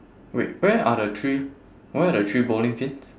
wait where are the three where are the three bowling pins